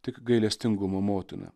tik gailestingumo motina